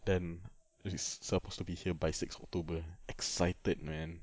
then it is supposed to be here by sixth october excited man